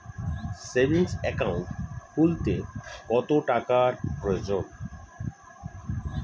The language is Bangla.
সেভিংস একাউন্ট খুলতে কত টাকার প্রয়োজন?